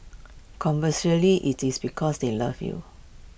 conversely IT is because they love you